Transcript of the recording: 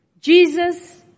Jesus